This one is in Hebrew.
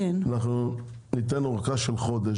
אנחנו ניתן ארכה של חודש,